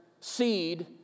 seed